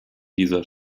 dieser